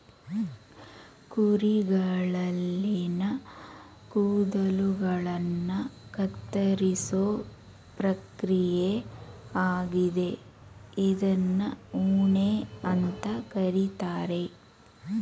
ಕುರಿಗಳಲ್ಲಿನ ಕೂದಲುಗಳನ್ನ ಕತ್ತರಿಸೋ ಪ್ರಕ್ರಿಯೆ ಆಗಿದೆ ಇದ್ನ ಉಣ್ಣೆ ಅಂತ ಕರೀತಾರೆ